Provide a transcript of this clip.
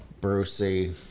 Brucey